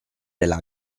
della